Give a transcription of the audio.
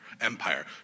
Empire